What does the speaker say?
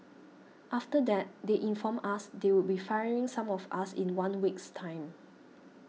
after that they informed us they would be firing some of us in one week's time